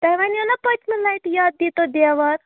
تُہۍ وَنیو نا پٔتۍمہِ لَٹہِ یَتھ دیٖتو دیوار